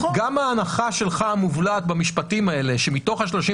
גם ההנחה שלך המובלעת במשפטים האלה שמתוך ה-39,